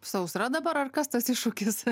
sausra dabar ar kas tas iššūkis